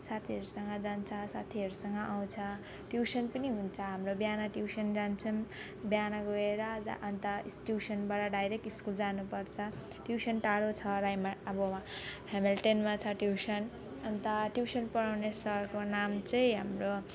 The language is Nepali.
साथीहरूसँग जान्छ साथीहरूसँग आउँछ ट्युसन पनि हुन्छ हाम्रो बिहान ट्युसन जान्छौँ बिहान गएर अझ अन्त यस ट्युसनबाट डाइरेक्ट स्कुल जानुपर्छ ट्युसन टाढो छ र यसमा अब हेमिल्टनमा छ ट्युसन अन्त ट्युसन पढाउने सरको नाम चाहिँ हाम्रो